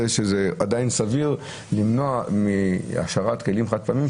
שזה עדיין סביר למנוע השארת כלים חד-פעמיים,